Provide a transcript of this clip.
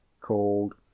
called